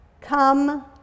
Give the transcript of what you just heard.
come